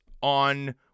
on